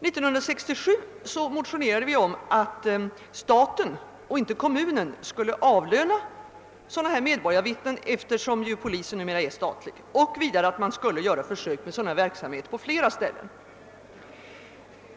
1967 motionerade vi om att staten och inte kommunen skulle avlöna sådana medborgarvittnen, eftersom polisen numera är statlig, och vidare att man skulle göra försök med sådan verksamhet på flera ställen.